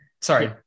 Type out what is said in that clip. Sorry